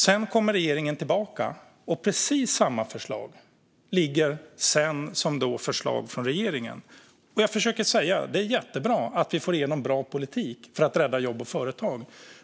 Sedan kommer regeringen tillbaka och lägger fram precis samma förslag som sitt eget! Det är jättebra att vi får igenom bra politik för att rädda jobb och företag.